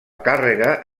càrrega